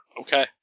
Okay